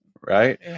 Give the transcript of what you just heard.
Right